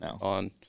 on